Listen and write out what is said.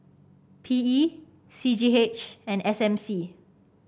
P E C G H and S M C